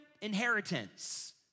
inheritance